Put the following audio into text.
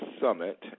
summit